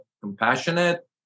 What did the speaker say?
compassionate